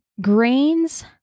grains